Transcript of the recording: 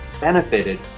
benefited